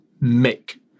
make